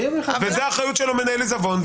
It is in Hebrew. וזו אחריות של מנהל העיזבון.